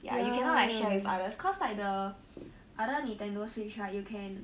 ya you cannot like share with others cause like the other Nintendo switch right you can